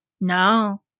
No